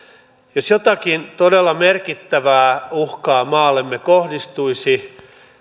jos jotakin todella merkittävää uhkaa maahamme kohdistuisi